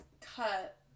cut